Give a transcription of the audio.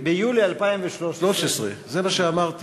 ביולי 2013. זה מה שאמרתי,